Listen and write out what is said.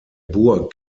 burg